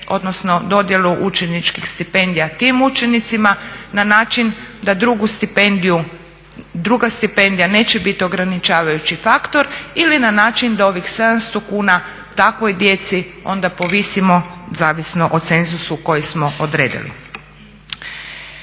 odnosno dodjelu učeničkih stipendija tim učenicima na način da druga stipendija neće biti ograničavajući faktor ili na način da ovih 700 kuna takvoj djeci onda povisimo zavisno o cenzusu koji smo odredili.